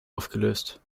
aufgelöst